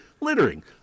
littering